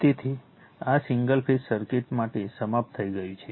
તેથી આ single phase circuit સાથે સમાપ્ત થઈ ગયું છે